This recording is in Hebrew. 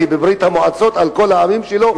ברית-המועצות על כל העמים שלה,